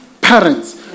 parents